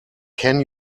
can